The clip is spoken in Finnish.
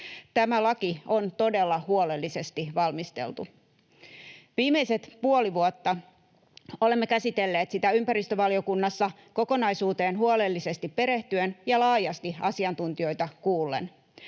Tämä laki on todella huolellisesti valmisteltu. Viimeiset puoli vuotta olemme käsitelleet sitä ympäristövaliokunnassa kokonaisuuteen huolellisesti perehtyen ja laajasti asiantuntijoita kuullen.